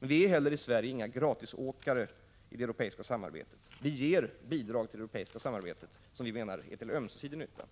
Men vi är heller i Sverige inga gratisåkare i det europeiska samarbetet. Vi ger bidrag till det samarbetet som vi menar är till ömsesidig nytta.